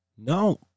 No